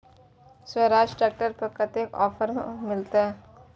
Swaraj tractor पर कतेक offer मिलते?